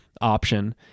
option